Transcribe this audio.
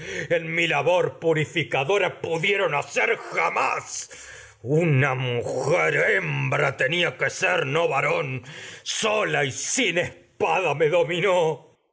la tierra que purificadora que pudieron hacer jamás ser una mujer hembra tenia no varón sola y sin espada me dominó